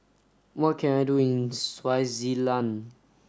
what can I do in Swaziland